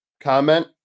Comment